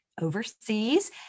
overseas